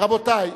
רבותי,